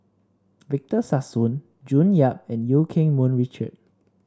Victor Sassoon June Yap and Eu Keng Mun Richard